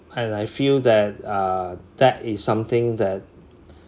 and I feel that uh that is something that